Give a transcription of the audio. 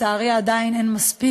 צריך עוד.